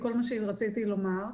לומר.